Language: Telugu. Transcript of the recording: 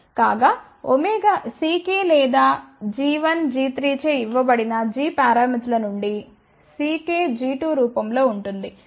కాగా Ck లేదా g1g3 చే ఇవ్వబడిన g పారామితుల నుండి Ck g2 రూపంలో ఉంటుంది